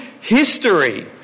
history